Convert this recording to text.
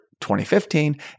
2015